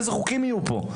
איזה חוקים יהיו פה?